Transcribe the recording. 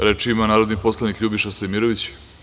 Reč ima narodni poslanik Ljubiša Stojmirović.